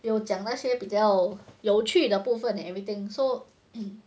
有讲那些比较有趣的部分 and everything so